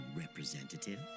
Representative